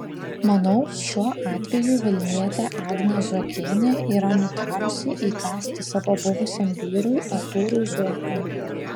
manau šiuo atveju vilnietė agnė zuokienė yra nutarusi įkąsti savo buvusiam vyrui artūrui zuokui